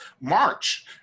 march